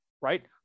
right